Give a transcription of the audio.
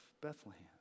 Bethlehem